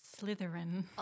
Slytherin